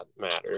matter